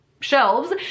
shelves